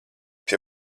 pie